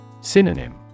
Synonym